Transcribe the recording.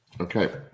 okay